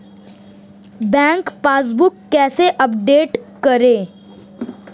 Bank passbook कैसे अपडेट करें?